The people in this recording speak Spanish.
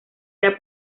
era